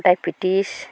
diabetes